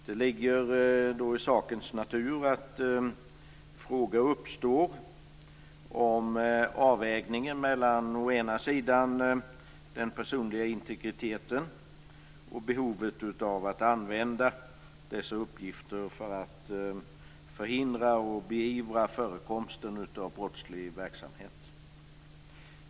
Det ligger i sakens natur att frågor uppstår om avvägningen mellan å ena sidan den personliga integriteten och å andra sidan behovet av att använda dessa uppgifter för att förhindra och beivra förekomsten av brottslig verksamhet.